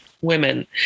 women